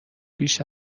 بیش